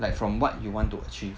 like from what you want to achieve